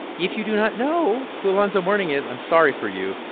if you do not know who alonzo mourning is, i'm sorry for you.